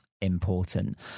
important